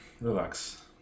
Relax